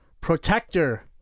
Protector